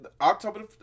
October